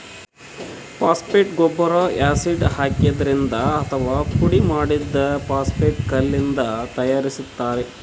phosphate ಗೊಬ್ಬರ್ acid ಹಾಕಿದ್ರಿಂದ್ ಅಥವಾ ಪುಡಿಮಾಡಿದ್ದ್ ಫಾಸ್ಫೇಟ್ ಕಲ್ಲಿಂದ್ ತಯಾರಿಸ್ತಾರ್